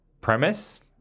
premise